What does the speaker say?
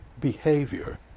behavior